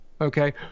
okay